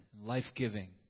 life-giving